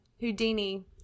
houdini